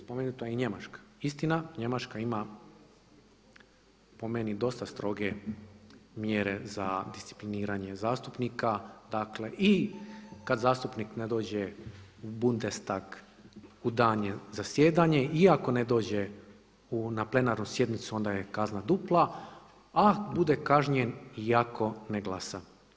Spomenuta je i Njemačka, istina Njemačka ima po meni dosta stroge mjere za discipliniranje zastupnika, dakle i kad zastupnik ne dođe u Bundestag u dan zasjedanja i ako ne dođe na plenarnu sjednicu onda je kazna dupla a bude kažnjen i ako ne glasa.